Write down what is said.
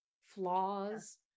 flaws